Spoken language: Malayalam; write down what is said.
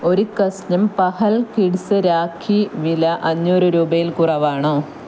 ഒരു കഷണം പഹൽ കിഡ്സ് രാഖി വില അ ഞ്ഞൂറു രൂപയിൽ കുറവാണോ